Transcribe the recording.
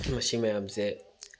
ꯃꯁꯤ ꯃꯌꯥꯝꯁꯦ